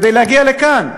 כדי להגיע לכאן,